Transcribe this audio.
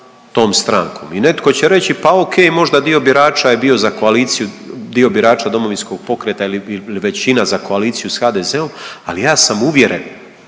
tom strankom. I netko će reći pa o.k. možda dio birača je bio za koaliciju, dio birača Domovinskog pokreta ili većina za koaliciju sa HDZ-om. Ali ja sam uvjeren